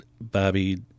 Bobby